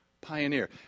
pioneer